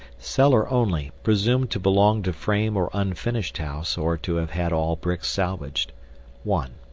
cellar only, presumed to belong to frame or unfinished house, or to have had all bricks salvaged one.